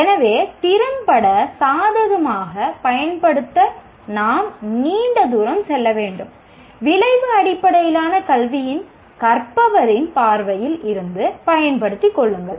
எனவே திறம்பட சாதகமாகப் பயன்படுத்த நாம் நீண்ட தூரம் செல்ல வேண்டும் விளைவு அடிப்படையிலான கல்வியின் கற்பவரின் பார்வையில் இருந்து பயன்படுத்திக் கொள்ளுங்கள்